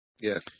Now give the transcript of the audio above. Yes